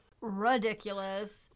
ridiculous